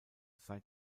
seit